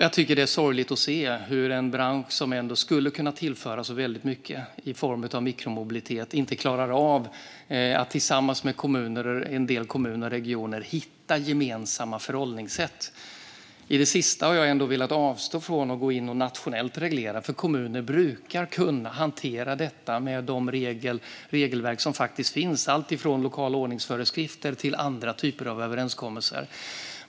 Jag tycker att det är sorgligt att se hur en bransch som skulle kunna tillföra väldigt mycket i form av mikromobilitet inte klarar av att tillsammans med en del kommuner och regioner hitta gemensamma förhållningssätt. I det sista har jag ändå velat avstå från att gå in och reglera nationellt, för kommuner brukar kunna hantera detta med de regelverk som faktiskt finns - allt från lokala ordningsföreskrifter till andra typer av överenskommelser.